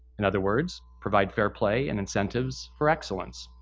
in other words, provide fair play and incentives for excellence.